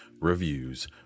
reviews